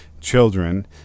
children